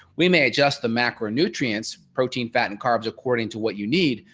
we may adjust the macronutrients protein fat and carbs according to what you need.